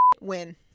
win